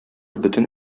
бөтен